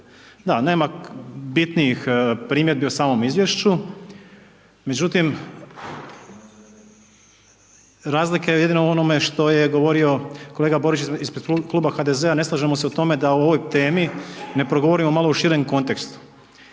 da nema bitnijih primjedbi o samom izvješću. Međutim, razlika je jedino u onome što je govorio kolega Borić ispred Kluba HDZ-a ne slažemo se da u ovoj temi ne progovorimo malo u širem kontekstu.